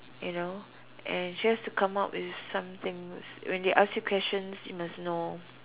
you know and she has to come up with some things when they ask you questions you must know